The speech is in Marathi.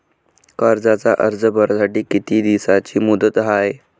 कर्जाचा अर्ज भरासाठी किती दिसाची मुदत हाय?